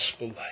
life